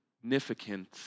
significant